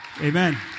amen